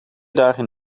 dagen